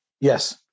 Yes